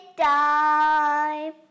time